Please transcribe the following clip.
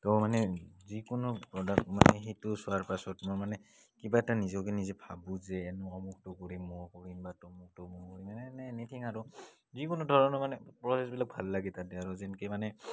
তো মানে যিকোনো প্ৰ'ডাক্ট মানে সেইটো চোৱাৰ পাছত মই মানে কিবা এটা নিজকে নিজে ভাবোঁ যে অমুকটো কৰিম মই কৰিম বা তমুকটো মই কৰিম এনে এনিথিং আৰু যিকোনো ধৰণৰ মানে প্ৰচেছবিলাক ভাল লাগে তাতে আৰু যেনেকৈ মানে